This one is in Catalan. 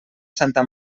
santa